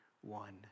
one